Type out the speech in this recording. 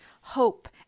hope